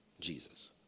Jesus